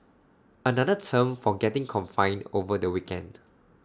another term for getting confined over the weekend